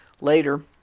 Later